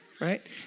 right